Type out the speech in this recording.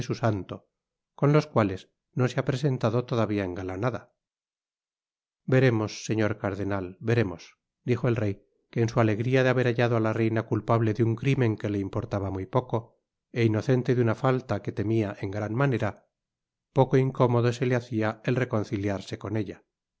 con los cuales no se ha presentado todavia engalanada veremos señor cardenal veremos dijo el rey que en su alegria de haber hallado á la reina culpable de un crimen que le importaba muy poco é inocente de una falta que temia en gran manera poco incómodo se le hacia el reconciliarse con ella